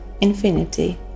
infinity